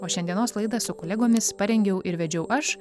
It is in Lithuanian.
o šiandienos laidą su kolegomis parengiau ir vedžiau aš